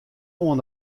oan